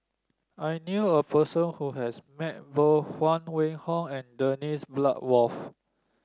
I knew a person who has met both Huang Wenhong and Dennis Bloodworth